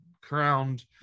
crowned